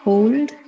Hold